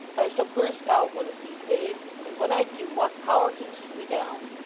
i shall burst out one of these days, and when i do, what power can keep me down?